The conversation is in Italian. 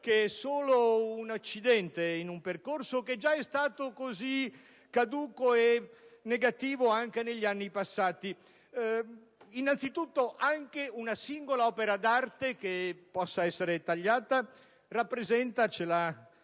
che è solo un accidente in un percorso che già è stato così caduco e negativo anche negli anni passati. Innanzitutto, anche una singola opera d'arte tagliata rappresenta - ce l'ha